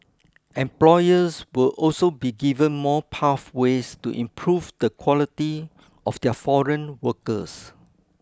employers will also be given more pathways to improve the quality of their foreign workers